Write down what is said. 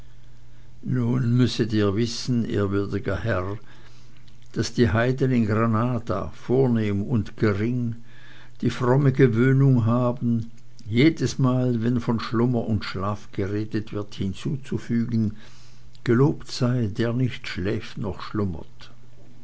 nun müsset ihr wissen ehrwürdiger herr daß die heiden in granada vornehm und gering die fromme gewöhnung haben jedesmal wann von schlummer und schlaf geredet wird hinzuzufügen gelobt sei der nicht schläft noch schlummert